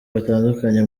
batandukanye